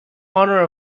honor